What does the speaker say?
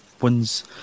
ones